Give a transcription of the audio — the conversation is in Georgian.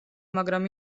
მაგრამ